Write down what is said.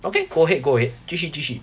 okay go ahead go ahead 继续继续